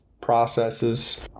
processes